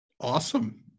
awesome